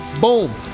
boom